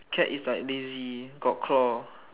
cat is like lazy got claw